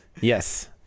yes